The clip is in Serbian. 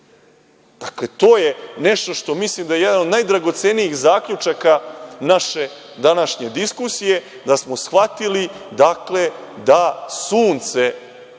Srbiju. Dakle, to je nešto što mislim da je jedan od najdragocenijih zaključaka naše današnje diskusije, da smo shvatili, dakle, da Sunce